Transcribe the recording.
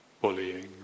bullying